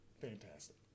fantastic